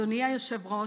אדוני היושב-ראש,